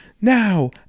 Now